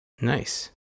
Nice